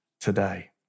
today